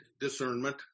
discernment